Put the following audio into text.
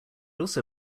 also